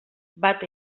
bat